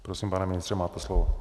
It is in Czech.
Prosím, pane ministře, máte slovo.